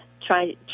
try